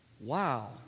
wow